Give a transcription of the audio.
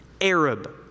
Arab